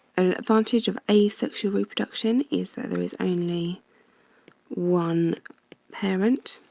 an advantage of asexual reproduction is that there is only one parent